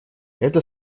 это